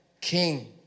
king